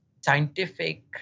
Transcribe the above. scientific